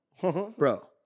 Bro